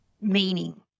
meaning